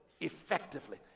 effectively